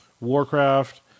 Warcraft